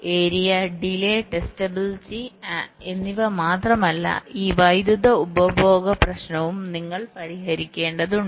area delay testability area delay and testability എന്നിവ മാത്രമല്ല ഈ വൈദ്യുതി ഉപഭോഗ പ്രശ്നവും നിങ്ങൾ പരിഹരിക്കേണ്ടതുണ്ട്